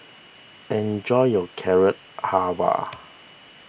enjoy your Carrot Halwa